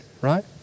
right